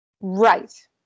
Right